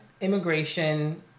immigration